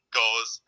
goes